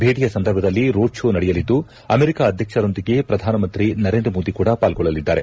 ಭೇಟಿಯ ಸಂದರ್ಭದಲ್ಲಿ road show ನಡೆಯಲಿದ್ದು ಅಮೆರಿಕ ಅಧ್ಯಕ್ಷರೊಂದಿಗೆ ಪ್ರಧಾನ ಮಂತ್ರಿ ನರೇಂದ್ರ ಮೋದಿ ಕೂಡ ಪಾಲ್ಗೊಳ್ಳಲಿದ್ದಾರೆ